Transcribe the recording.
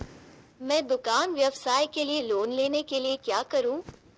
मैं दुकान व्यवसाय के लिए लोंन लेने के लिए क्या करूं?